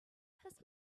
his